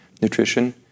nutrition